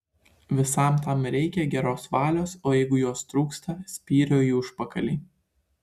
visam tam reikia geros valios o jeigu jos trūksta spyrio į užpakalį